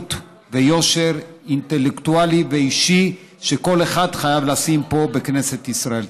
חברות ויושר אינטלקטואלי ואישי שכל אחד חייב לשים פה בכנסת ישראל.